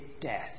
death